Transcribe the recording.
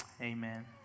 Amen